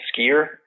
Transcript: skier